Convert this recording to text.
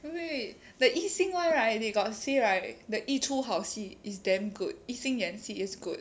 eh wait wait wait the yi xin [one] right they got say like the 一出好戏 is damn good yi xin 演戏 is good